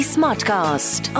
Smartcast